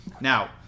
Now